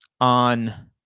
on